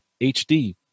HD